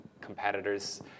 competitors